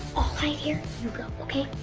i'll hide here. you go. okay?